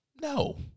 No